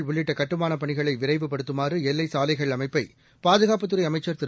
சாலை உள்ளிட்டகட்டுமானப்பணிகளைவிரைவுபடுத்துமாறுஎல்லைச் சாலைகள் அமைப்பை பாதுகாப்புத் துறைஅமைச்சர் திரு